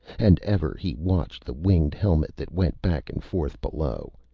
and ever he watched the winged helm that went back and forth below,